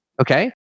Okay